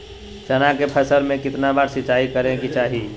चना के फसल में कितना बार सिंचाई करें के चाहि?